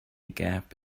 gap